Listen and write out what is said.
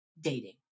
dating